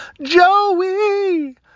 Joey